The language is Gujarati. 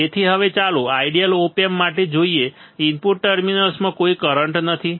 તેથી હવે ચાલો આઇડિયલ ઓપ એમ્પ માટે જોઈએ ઇનપુટ ટર્મિનલ્સમાં કોઈ કરંટ નથી